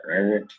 right